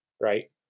Right